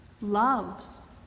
loves